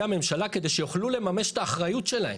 הממשלה כדי שיוכלו לממש את האחריות שלהם.